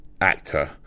actor